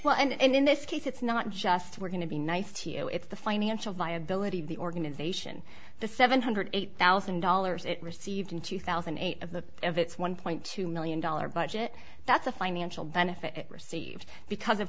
well and in this case it's not just we're going to be nice to you it's the financial viability of the organization the seven hundred eighty thousand dollars it received in two thousand and eight of the of its one point two million dollars budget that's a financial benefit it received because of